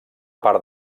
part